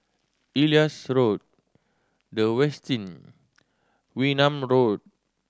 Elias Road The Westin Wee Nam Road